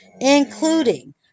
including